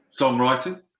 songwriting